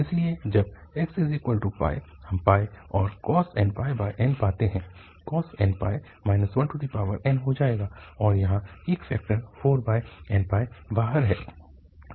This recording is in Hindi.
इसलिए जब x हम और cos nπ n पाते हैं cos nπ 1n हो जाएगा और यहाँ एक फैक्टर 4nπ बाहर है